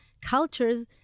cultures